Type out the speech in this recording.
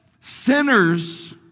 sinners